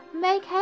make